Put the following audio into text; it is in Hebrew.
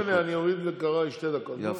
לא משנה, אני אוריד מקרעי שתי דקות.